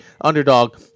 underdog